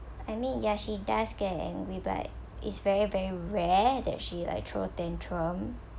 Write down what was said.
I mean ya she does get angry but it's very very rare that she like throw a tantrum